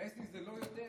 איך וייס נישט זה לא יודע.